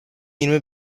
yirmi